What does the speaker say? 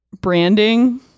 branding